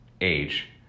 age